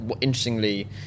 interestingly